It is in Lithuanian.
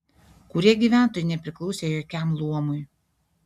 kurie gyventojai nepriklausė jokiam luomui